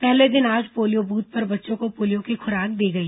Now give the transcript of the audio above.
पहले दिन आज पोलियो बूथ पर बच्चों को पोलियो की खुराक दी गई